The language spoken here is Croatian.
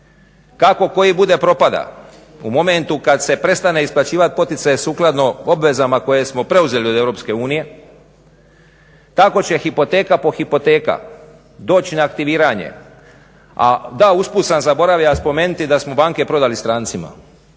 Kako koji bude propada u momentu kad se prestane isplaćivati poticaj sukladno obvezama koje smo preuzeli od EU tako će hipoteka doći na aktiviranje a da upsut sam zaboravio da smo banke prodali strancima.